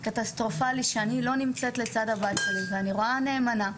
קטסטרופלי שבו אני לא הייתי לצד הבת שלי ואני רואה את הנאמנה,